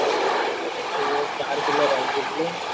चा ओर चार किलो रसगुल्ले